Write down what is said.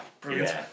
brilliant